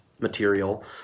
material